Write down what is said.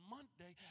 Monday